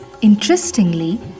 Interestingly